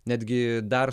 netgi dar